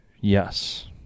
Yes